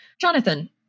Jonathan